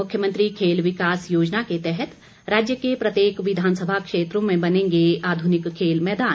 मुख्यमंत्री खेल विकास योजना के तहत राज्य के प्रत्येक विधानसभा क्षेत्र में बनेंगे आधुनिक खेल मैदान